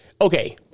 okay